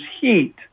heat